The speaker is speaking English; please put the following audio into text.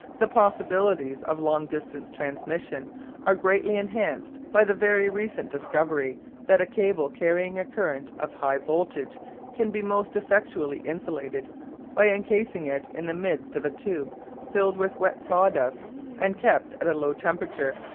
the possibilities of long distance transmission are greatly enhanced by the very recent discovery that a cable carrying a current of high voltage can be most effectually insulated by encasing it in the midst of a tube filled with wet sawdust and kept at a low temperature,